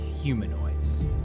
Humanoids